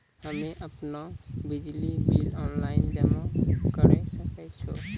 हम्मे आपनौ बिजली बिल ऑनलाइन जमा करै सकै छौ?